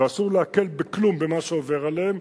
ואסור להקל בכלום במה שעובר עליהם,